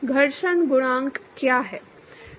घर्षण गुणांक क्या है